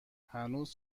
هنوز